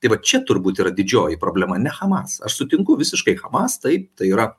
tai va čia turbūt yra didžioji problema ne hamas aš sutinku visiškai hamas taip tai yra